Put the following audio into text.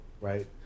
right